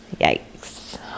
Yikes